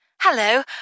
Hello